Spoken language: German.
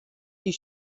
die